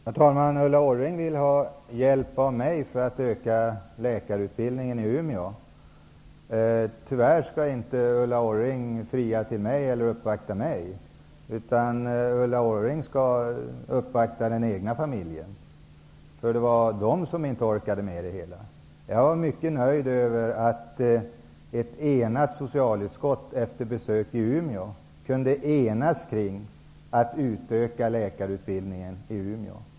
Herr talman! Ulla Orring vill att jag skall hjälpa till att utöka läkarutbildningen i Umeå. Men Ulla Orring skall inte uppvakta mig. Hon skall i stället uppvakta den egna ''familjen'', eftersom det var den som inte orkade med det hela. Jag var mycket nöjd över att socialutskottet efter besöket i Umeå kunde enas kring en utökning av läkarutbildningen i Umeå.